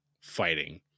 fighting